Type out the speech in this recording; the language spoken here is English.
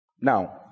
Now